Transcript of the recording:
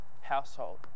household